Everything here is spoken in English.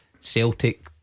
Celtic